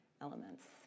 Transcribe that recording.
elements